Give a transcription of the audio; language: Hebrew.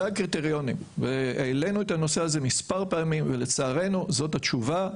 הקריטריונים והעלינו את הנושא הזה מספר פעמים ולצערנו זאת התשובה.